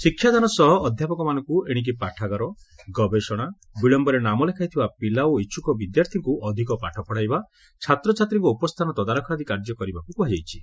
ଶିକ୍ଷାଦାନ ସହ ଅଧ୍ଧାପକମାନଙ୍ଙୁ ଏଶିକି ପାଠାଗାର ଗବେଷଣା ବିଳମ୍ୟରେ ନାମ ଲେଖାଇଥିବା ପିଲା ଓ ଇଛୁକ ବିଦ୍ୟାର୍ଥୀଙ୍କୁ ଅଧିକ ପାଠ ପଢାଇବା ଛାତ୍ରଛାତ୍ରୀଙ୍କ ଉପସ୍ଚାନ ତଦାରଖ ଆଦି କାର୍ଯ୍ୟ କରିବାକୁ କୁହାଯାଇଛି